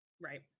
Right